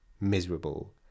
miserable